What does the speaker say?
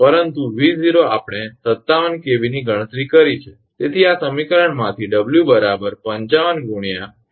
પરંતુ 𝑉0 આપણે 57 𝑘𝑉 ની ગણતરી કરી છે તેથી આ સમીકરણ માંથી 𝑊 55 × 69